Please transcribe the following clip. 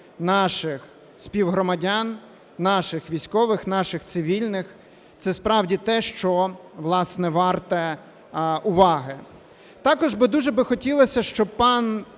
наших співгромадян, наших військових, наших цивільних. Це справді те, що, власне, варте уваги. Також би дуже би хотілося, щоб пан